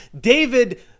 David